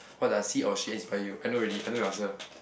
what does he or she inspire you I know already I know your answer